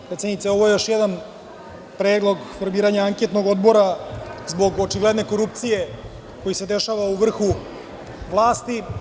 Predsednice, ovo je još jedan predlog formiranja anketnog odbora zbog očigledne korupcije koji se dešava u vrhu vlasti.